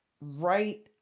right